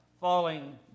falling